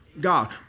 God